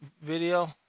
video